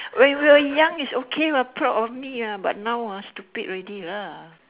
when we were young is okay what proud of me ah but now ah stupid already lah